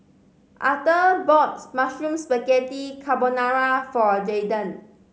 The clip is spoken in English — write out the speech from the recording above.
Arther bought Mushroom Spaghetti Carbonara for Jaydan